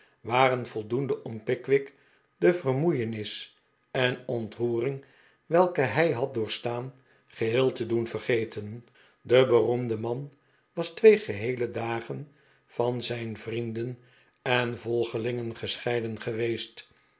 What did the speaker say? waren voldoende om pickwick de vermoeienis en ontroering welke hij had doorstaan geheel te doen vergeten de beroemde man was twee geheele dagen van zijn vrienden en volgelingen gescheiden geweest